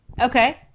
Okay